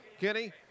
Kenny